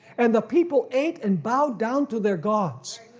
and the people ate and bowed down to their gods.